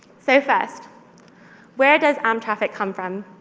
so first, where does amp traffic come from?